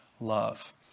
love